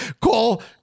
call